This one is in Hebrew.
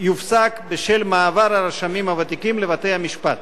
יופסק בשל מעבר הרשמים הוותיקים לבתי-המשפט.